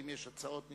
אם יש הצעות נפרדות.